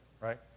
right